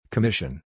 Commission